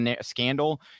scandal